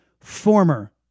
former